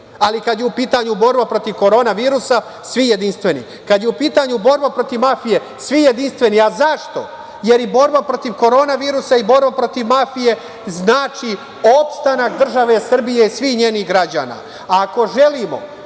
ali kada je u pitanju borba protiv korona virusa, svi jedinstveni, kada je u pitanju borba protiv mafije, svi jedinstveni. Zašto? Jer i borba protiv korona virusa i borba protiv mafije znači opstanak države Srbije i svih njenih građana. Ako